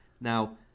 now